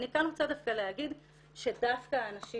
אני כאן רוצה דווקא להגיד שדווקא הנשים